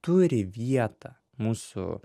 turi vietą mūsų